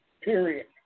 Period